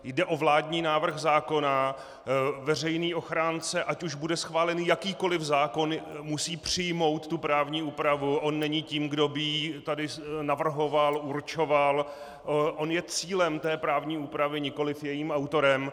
Jde o vládní návrh zákona, veřejný ochránce, ať už bude schválený jakýkoli zákon, musí přijmout tu právní úpravu, on není tím, kdo by ji tady navrhoval, určoval, on je cílem té právní úpravy, nikoli jejím autorem.